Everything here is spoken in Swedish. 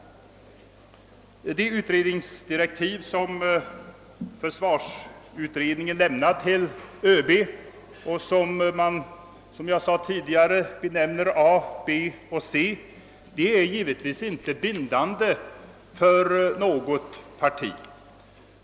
De utredningsdirektiv som försvarsutredningen lämnat till ÖB — och som man, som jag tidigare sade, benämner A, B och C är givetvis inte bindande för något parti.